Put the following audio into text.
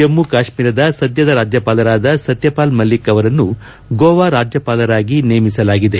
ಜಮ್ನು ಕಾಶ್ತೀರದ ಸದ್ಲದ ರಾಜ್ಯಪಾಲರಾದ ಸತ್ಲಪಾಲ್ ಮಲ್ಲಿಕ್ ಅವರನ್ನು ಗೋವಾ ರಾಜ್ಯಪಾಲರಾಗಿ ನೇಮಿಸಲಾಗಿದೆ